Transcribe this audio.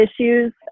issues